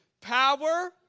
Power